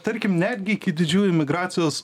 tarkim netgi iki didžiųjų migracijos